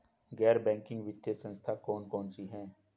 गैर बैंकिंग वित्तीय संस्था कौन कौन सी हैं?